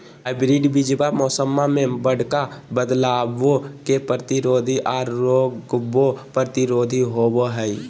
hybrid बीजावा मौसम्मा मे बडका बदलाबो के प्रतिरोधी आ रोगबो प्रतिरोधी होबो हई